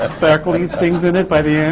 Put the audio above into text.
things in it by the end?